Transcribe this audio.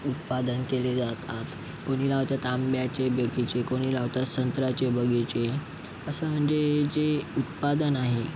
उत्पादन केले जातात कोणी लावतात आंब्याचे बगीचे कोणी लावतात संत्र्याचे बगीचे असं म्हणजे जे उत्पादन आहे